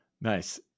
Nice